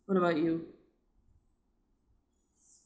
what about you